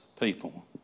people